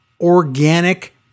organic